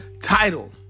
title